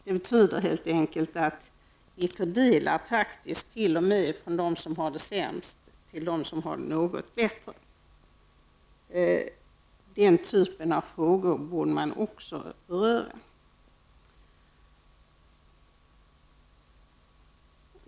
Det betyder faktiskt att vi t.o.m. fördelar från dem som har det sämst till dem som har det något bättre. Den typen av frågor borde man också beröra.